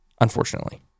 unfortunately